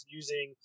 using